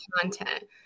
content